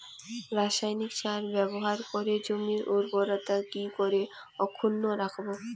রাসায়নিক সার ব্যবহার করে জমির উর্বরতা কি করে অক্ষুণ্ন রাখবো